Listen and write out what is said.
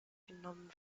genommen